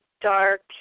dark